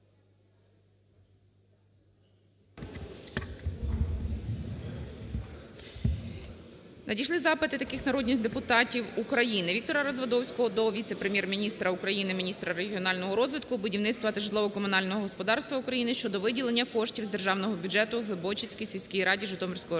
Надійшли запити таких народних депутатів України: ВіктораР азвадовського до віце-прем'єр-міністра України - міністра регіонального розвитку, будівництва та житлово-комунального господарства України щодо виділення коштів з державного бюджету Глибочицькій сільській раді Житомирського району,